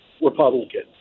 Republican